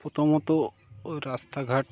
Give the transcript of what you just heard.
প্রথমত রাস্তাঘাট